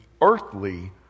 earthly